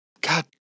God